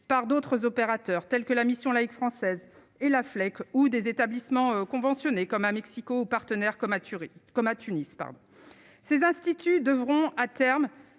par d'autres opérateurs, tels que la Mission laïque française et la Fleck ou des établissements conventionnés comme à Mexico partenaires comme Turin comme à Tunis par ces instituts devront à terme